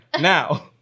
Now